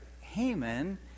Haman